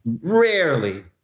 Rarely